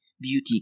beauty